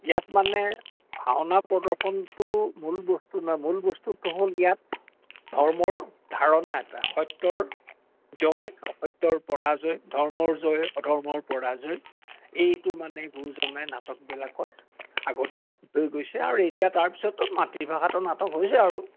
ইয়াত মানে ভাওনা প্ৰদৰ্শনটো মূল বস্তু নহয় মূল বস্তুটো হ'ল ইয়াত ধৰ্মৰ ধাৰণা এটা সত্যৰ জয় অসত্যৰ পৰাজয় ধৰ্মৰ জয় অধৰ্মৰ পৰাজয় এইটো মানে গুৰুজনাই নাটকবিলাকত আগতে লিখি থৈ গৈছে আৰু এতিয়া তাৰপিছতো মাতৃভাষাটো নাটক হৈছে আৰু